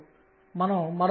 ప్రక్షేపణ k ℏ అయి ఉండాలి